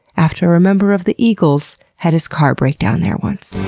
after a member of the eagles had his car break down there once.